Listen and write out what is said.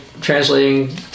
translating